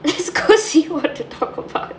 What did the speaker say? go see what to talk about